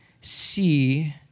see